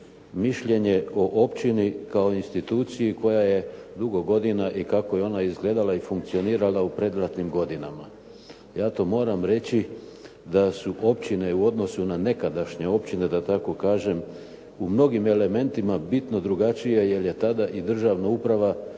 mišljenje o općini kao instituciji koja je dugo godina i kako je ona izgledala i funkcionirala u predratnim godinama. Ja to moram reći da su općine u odnosu na nekadašnje općine da tako kažem u mnogim elementima bitno drugačije, jer je tada i državna uprava